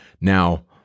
Now